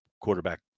quarterback